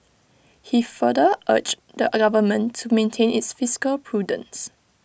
he further urged the government to maintain its fiscal prudence